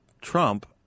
Trump